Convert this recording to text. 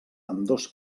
ambdós